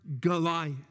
Goliath